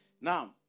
Now